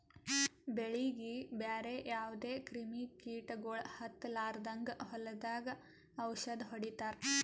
ಬೆಳೀಗಿ ಬ್ಯಾರೆ ಯಾವದೇ ಕ್ರಿಮಿ ಕೀಟಗೊಳ್ ಹತ್ತಲಾರದಂಗ್ ಹೊಲದಾಗ್ ಔಷದ್ ಹೊಡಿತಾರ